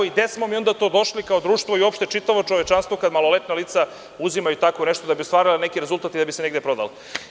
Gde smo došli kao društvo i uopšte čitavo čovečanstvo, kada maloletna lica uzimaju tako nešto da bi ostvarili neki rezultat i da bi se negde prodali?